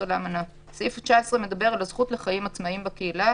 לאמנה שמדבר על הזכות לחיים עצמאיים בקהילה